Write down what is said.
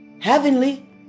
heavenly